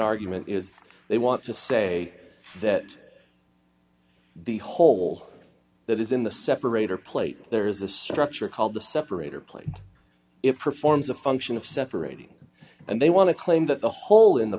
argument is they want to say that the hole that is in the separator plate there is a structure called the separator plate it performs a function of separating and they want to claim that the hole in the